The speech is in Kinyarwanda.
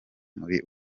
muri